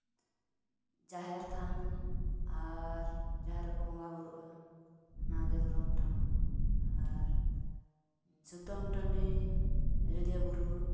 ᱡᱟᱦᱮᱨ ᱛᱷᱟᱱ ᱟᱨ ᱡᱟᱦᱟᱸ ᱨᱮᱠᱚ ᱵᱚᱸᱜᱟ ᱵᱳᱨᱳᱜᱼᱟ ᱚᱱᱟ ᱜᱮ ᱫᱷᱚᱨᱚᱢ ᱴᱷᱟᱶ ᱟᱨ ᱥᱩᱛᱟᱹᱱ ᱴᱟᱺᱰᱤ ᱟᱡᱚᱫᱤᱭᱟᱹ ᱵᱩᱨᱩ